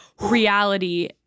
reality